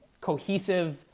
cohesive